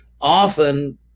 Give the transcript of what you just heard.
often